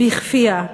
בכפייה.